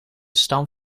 stam